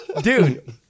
dude